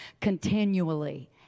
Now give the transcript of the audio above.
continually